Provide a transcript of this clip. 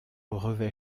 revêt